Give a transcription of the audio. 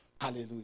Hallelujah